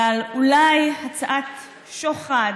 ועל אולי הצעת שוחד